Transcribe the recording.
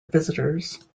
visitors